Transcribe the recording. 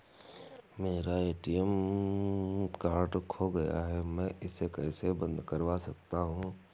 मेरा ATM card खो गया है मैं इसे कैसे बंद करवा सकता हूँ?